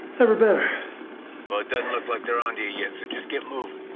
never better it doesn't look like they're on to you yet. so just get moving